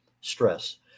stress